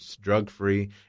drug-free